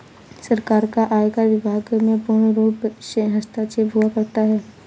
सरकार का आयकर विभाग में पूर्णरूप से हस्तक्षेप हुआ करता है